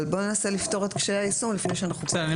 בואו ננסה לפתור את קשיי היישום לפני שאנחנו קובעים.